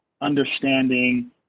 understanding